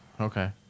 okay